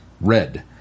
Red